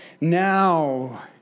Now